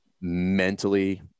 Mentally